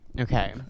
Okay